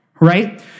right